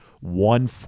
one